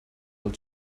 will